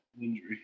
injury